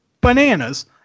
bananas